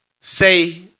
say